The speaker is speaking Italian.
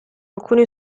alcuni